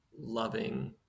loving